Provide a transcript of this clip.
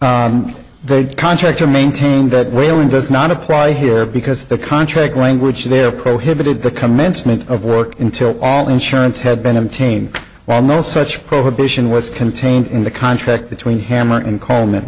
on the contract to maintain that whaling does not apply here because the contract language there prohibited the commencement of work until all insurance had been obtained while no such prohibition was contained in the contract between hammer and coleman